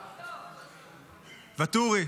ואטורי,